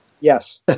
yes